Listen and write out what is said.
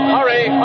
Hurry